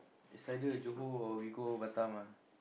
it's either Johor or we go Batam ah